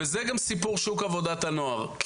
זה גם סיפור שוק עבודת הנוער.